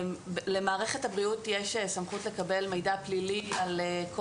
למערכת הבריאות יש סמכות לקבל מידע פלילי על כל